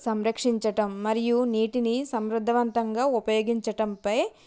సంరక్షించటం మరియు నీటిని సమృద్ధవంతంగా ఉపయోగించటంపై